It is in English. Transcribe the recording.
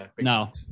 No